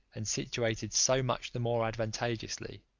and situated so much the more advantageously,